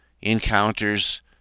encounters